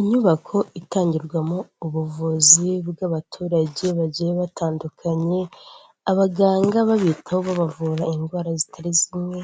Inyubako itangirwamo ubuvuzi bw'abaturage bagiye batandukanye, abaganga babitaho babavura indwara zitari zimwe,